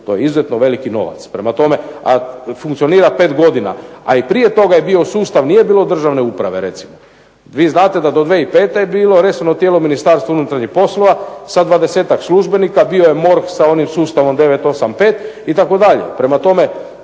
To je izuzetno veliki novac, a funkcionira 5 godina, a i prije toga je bio sustav nije bilo državne uprave recimo. Vi znate da do 2005. je bilo resorno tijelo Ministarstvo unutarnjih poslova sa dvadesetak službenika, bio je MORH sa onim sustavom 985 itd. prema tome